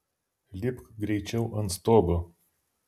lipk greičiau ant stogo